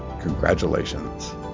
Congratulations